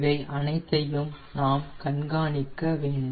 இவை அனைத்தையும் நாம் கண்காணிக்க வேண்டும்